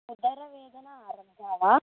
उदरवेदना आगता वा